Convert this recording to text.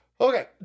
Okay